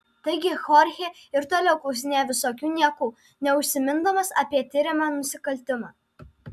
taigi chorchė ir toliau klausinėjo visokių niekų neužsimindamas apie tiriamą nusikaltimą